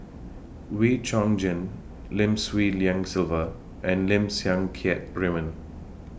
Wee Chong Jin Lim Swee Lian Sylvia and Lim Siang Keat Raymond